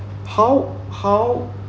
how how